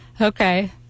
Okay